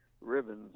ribbons